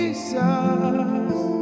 Jesus